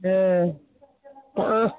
हँ हँ